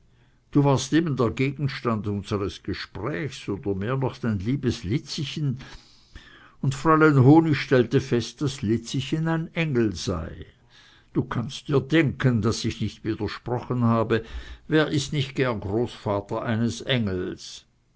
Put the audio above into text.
du warst eben der gegenstand unseres gesprächs oder mehr noch dein liebes lizzichen und fräulein honig stellte fest daß lizzichen ein engel sei du kannst dir denken daß ich nicht widersprochen habe wer ist nicht gern der großvater eines engels